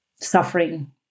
suffering